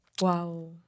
Wow